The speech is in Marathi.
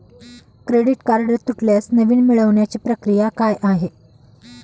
क्रेडिट कार्ड तुटल्यास नवीन मिळवण्याची प्रक्रिया काय आहे?